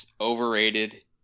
overrated